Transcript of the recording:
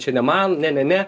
čia ne man ne ne ne